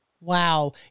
Wow